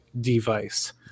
device